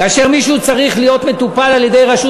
כאשר מישהו צריך להיות מטופל על-ידי רשות